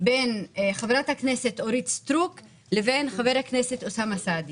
בין חברת הכנסת אורית סטרוק ובין חבר הכנסת אוסאמה סעדי.